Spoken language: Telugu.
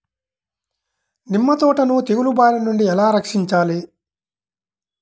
నిమ్మ తోటను తెగులు బారి నుండి ఎలా రక్షించాలి?